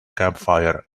campfire